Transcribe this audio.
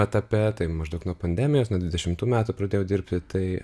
etape tai maždaug nuo pandemijos nuo dvidešimtų metų pradėjau dirbti tai